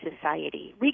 society